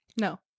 No